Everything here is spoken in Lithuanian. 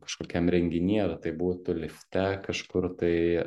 kažkokiam renginy ar tai būtų lifte kažkur tai